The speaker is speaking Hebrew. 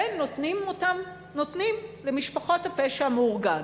ונותנים אותם למשפחות הפשע המאורגן,